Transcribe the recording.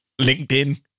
LinkedIn